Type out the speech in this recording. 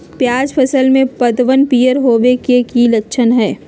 प्याज फसल में पतबन पियर होवे के की लक्षण हय?